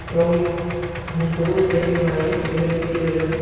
गावनि मुंखौबो सिनायथि होनो हायो गेलेनायनि गेजेरजों